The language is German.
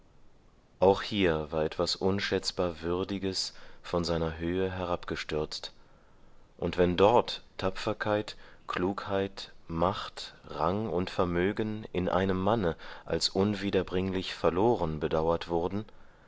auch hier war etwas unschätzbar würdiges von seiner höhe herabgestürzt und wenn dort tapferkeit klugheit macht rang und vermögen in einem manne als unwiederbringlich verloren bedauert wurden